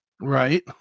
right